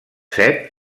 set